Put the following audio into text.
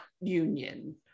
union